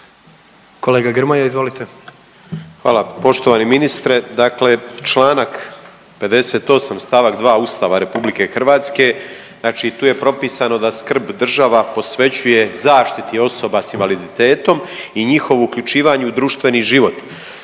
**Grmoja, Nikola (MOST)** Hvala. Poštovani ministre, dakle Članak 58. stavak 2. Ustava RH znači tu je propisano da skrb država posvećuje zaštiti osoba s invaliditetom i njihovo uključivanje u društveni život.